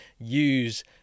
use